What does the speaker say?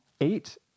eight